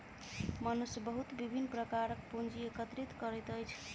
मनुष्य बहुत विभिन्न प्रकारक पूंजी एकत्रित करैत अछि